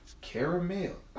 caramel